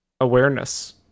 Awareness